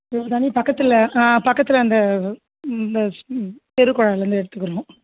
இங்கே தண்ணி பக்கத்தில் பக்கத்தில் அந்த இந்த தெருக்குழாய்ல இருந்து எடுத்துக்கிறோம்